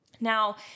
Now